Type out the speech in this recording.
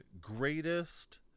greatest